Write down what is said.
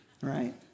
right